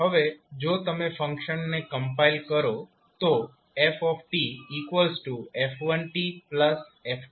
હવે જો તમે ફંક્શનને કમ્પાઇલ કરો તો ff1f2f3